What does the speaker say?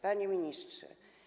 Panie Ministrze!